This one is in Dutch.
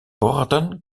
boarden